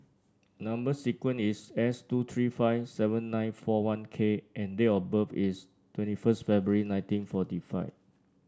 number sequence is S two three five seven nine four one K and date of birth is twenty first February nineteen forty five